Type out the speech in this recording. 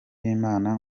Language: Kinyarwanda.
b’imana